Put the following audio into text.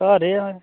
घर ई आं